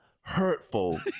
hurtful